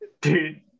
Dude